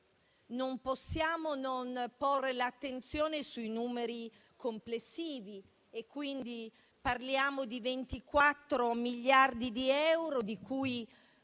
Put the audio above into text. non possiamo non porre l'attenzione sui numeri complessivi: parliamo di 24 miliardi di euro, di cui